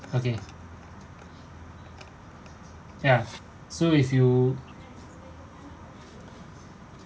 okay ya so if you